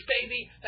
baby